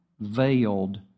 veiled